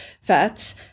fats